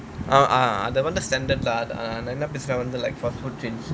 uh uh that [one] is standard lah like fast food chains